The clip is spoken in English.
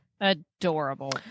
Adorable